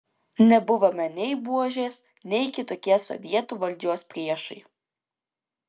nebuvome nei buožės nei kitokie sovietų valdžios priešai